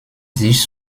sich